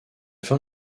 fin